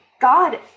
God